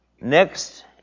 Next